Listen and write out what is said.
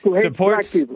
Supports